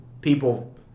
people